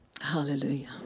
Hallelujah